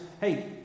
hey